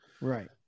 Right